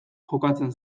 jokatzen